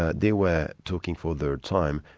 ah they were talking for their time,